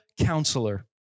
Counselor